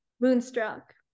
Moonstruck